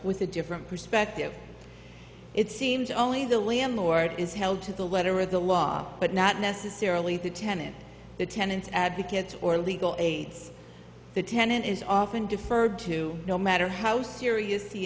with a different perspective it seems only the landlord is held to the letter of the law but not necessarily the tenant the tenants advocates or legal aides the tenant is often deferred to no matter how serious the